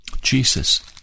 Jesus